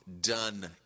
done